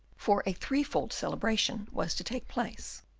for a three-fold celebration was to take place.